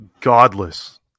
godless